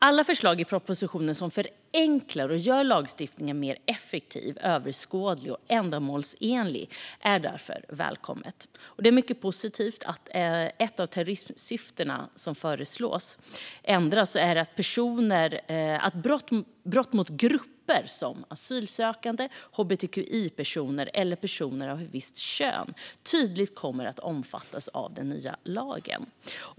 Alla förslag i propositionen som förenklar lagstiftningen och gör den mer effektiv, överskådlig och ändamålsenlig är därför välkomna. Det är mycket positivt att ett av terrorismsyftena föreslås ändras så att brott mot grupper som asylsökande, hbtqi-personer eller personer av ett visst kön tydligt kommer att omfattas av den nya lagen.